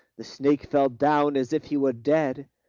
the snake fell down as if he were dead,